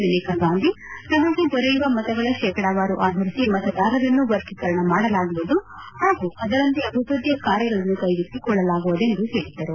ಮನೇಕಾ ಗಾಂಧಿ ತಮಗೆ ದೊರೆಯುವ ಮತಗಳ ಶೇಕಡವಾರು ಆಧರಿಸಿ ಮತದಾರರನ್ನು ವರ್ಗೀಕರಣ ಮಾಡಲಾಗುವುದು ಹಾಗೂ ಅದರಂತೆ ಅಭಿವೃದ್ದಿ ಕಾರ್ಯಗಳನ್ನು ಕೈಗೆತ್ತಿಕೊಳ್ಳಲಾಗುವುದು ಎಂದು ಹೇಳಿದ್ದರು